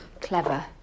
clever